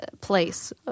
place